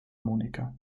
monika